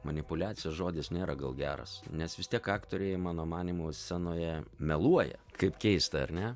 manipuliacijos žodis nėra gal geras nes vis tiek aktoriai mano manymu scenoje meluoja kaip keista ar ne